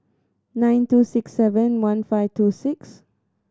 nine two six seven one five two six